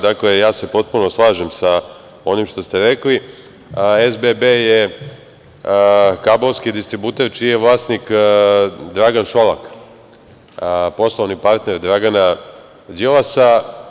Dakle, ja se potpuno slažem sa onim što ste rekli, SBB je kablovski distributer čiji je vlasnik Dragan Šolak, poslovni partner Dragana Đilasa.